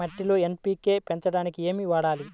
మట్టిలో ఎన్.పీ.కే పెంచడానికి ఏమి వాడాలి?